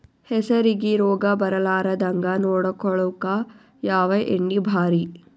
ಹೆಸರಿಗಿ ರೋಗ ಬರಲಾರದಂಗ ನೊಡಕೊಳುಕ ಯಾವ ಎಣ್ಣಿ ಭಾರಿ?